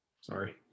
Sorry